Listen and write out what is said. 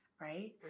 right